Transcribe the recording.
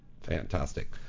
Fantastic